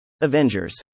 Avengers